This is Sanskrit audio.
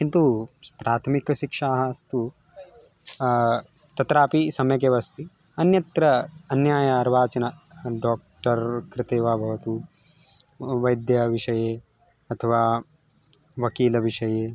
किन्तु प्राथमिकशिक्षास्तु तत्रापि सम्यक् एव अस्ति अन्यत्र अन्या या अर्वाचिन डाक्टर् कृते वा भवतु वैद्याविषये अथवा वकीलविषये